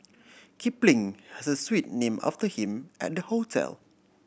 Kipling has a suite name after him at the hotel